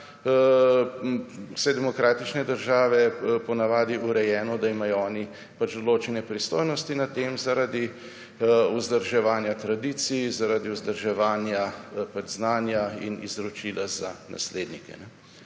sveta, vse demokratične države po navadi urejeno, da imajo oni pač določene pristojnosti na tem, zaradi vzdrževanja tradicij, zaradi vzdrževanja znanja in izročila za naslednike.